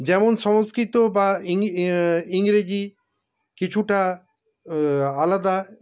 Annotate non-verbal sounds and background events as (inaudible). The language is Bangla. যেমন সংস্কৃত বা (unintelligible) ইংরেজি কিছুটা আলাদা